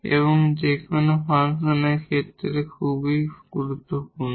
এবং যে কোন ফাংশনের জন্য খুবই গুরুত্বপূর্ণ